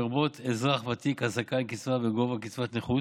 לרבות אזרח ותיק הזכאי לקצבה בגובה קצבת נכות,